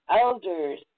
elders